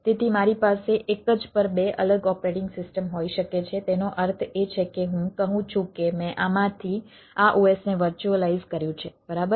તેથી મારી પાસે એક જ પર 2 અલગ ઓપરેટિંગ સિસ્ટમ હોઈ શકે છે તેનો અર્થ એ છે કે હું કહું છું કે મેં આમાંથી આ OS ને વર્ચ્યુઅલાઈઝ કર્યું છે બરાબર